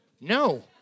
No